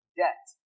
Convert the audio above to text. Debt